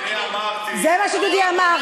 אני אמרתי, זה מה שדודי אמר.